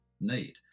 need